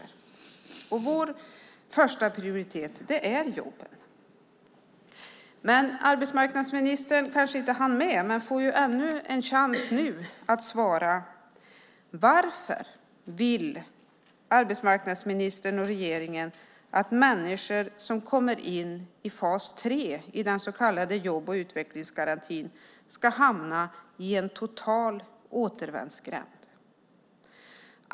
Och vår första prioritet är jobben. Arbetsmarknadsministern kanske inte hann med men får nu ännu en chans att svara på frågan: Varför vill arbetsmarknadsministern och regeringen att människor som kommer in i fas 3 i den så kallade jobb och utvecklingsgarantin ska hamna i en total återvändsgränd?